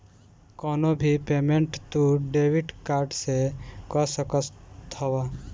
कवनो भी पेमेंट तू डेबिट कार्ड से कअ सकत हवअ